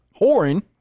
Whoring